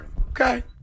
Okay